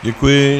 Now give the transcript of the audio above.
Děkuji.